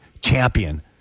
champion